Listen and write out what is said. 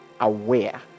aware